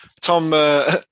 Tom